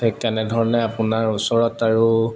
ঠিক তেনেধৰণে আপোনাৰ ওচৰত আৰু